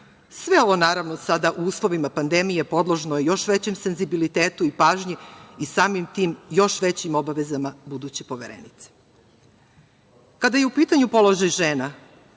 Sve ovo, naravno, sada u uslovima pandemije podložno je još većem senzibilitetu i pažnji i samim tim još većim obavezama buduće Poverenice. Kada je u pitanju položaj žena,